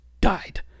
died